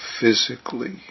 physically